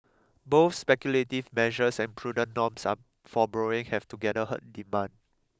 both speculative measures and prudent norms are for borrowing have together hurt demand